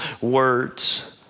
words